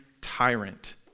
tyrant